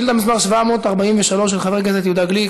שאילתה מס' 743 של חבר הכנסת יהודה גליק,